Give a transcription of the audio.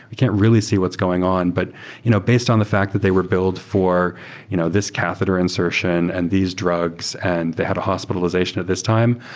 we can't really see what's going on. but you know based on the fact that they were billed for you know this catheter insertion and these drugs and they had a hospitalization at this time,